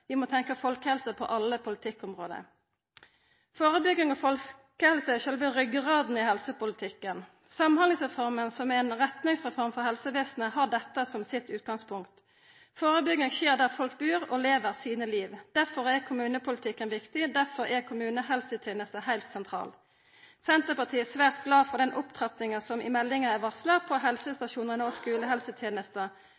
Vi må tenkja folkehelse på alle politikkområda. Førebygging og folkehelse er sjølve ryggrada i helsepolitikken. Samhandlingsreforma, som er ei retningsreform for helsevesenet, har dette som sitt utgangspunkt. Førebygging skjer der folk bur og lever sine liv. Derfor er kommunepolitikken viktig, derfor er kommunehelsetenesta heilt sentral. Senterpartiet er svært glad for den opptrappinga av helsestasjonar og skulehelsetenesta som er varsla i meldinga. Dette er